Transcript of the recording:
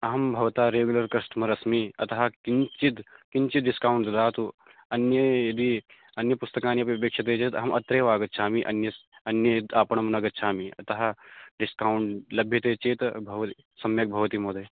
अहं भवतःरेगुलर् कस्टमर् अस्मि अतः किञ्चिद् किञ्चिद् डिस्कौण्ट् ददातु अन्ये यदि अन्य पुस्तकानि अपि अपेक्ष्यन्ते चेत् अहम् अत्रैव आगच्छामि अन्यस् अन्यद् आपणं न गच्छामि अतः डिस्कौण्ट् लभ्यते चेत् भव् सम्यक् भवति महोदय